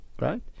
right